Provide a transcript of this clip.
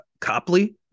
Copley